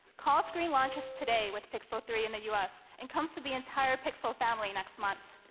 call screen launches today with pixel three in the us and comes to the entire pixel family next month.